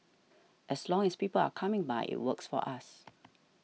as long as people are coming by it works for us